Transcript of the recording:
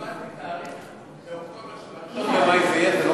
קיבלתי תאריך באוקטובר, שב-1 במאי זה יהיה.